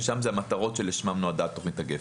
ששם המטרות שלשמן נועדה תוכנית גפ"ן.